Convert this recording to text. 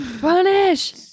Punish